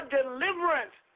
deliverance